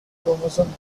chromosome